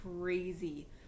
crazy